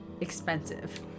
expensive